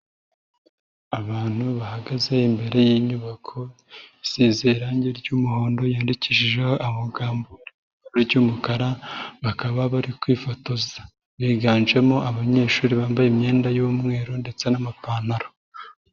Abantu bahagaze imbere y'inyubako isize irangi ry'umuhondo yandikishijeho amagambo y'umukara, bakaba bari kwifotoza biganjemo abanyeshuri bambaye imyenda y'umweru ndetse n'amapantaro.